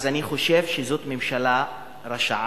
אז אני חושב שזו ממשלה רשעה,